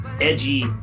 edgy